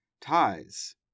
ties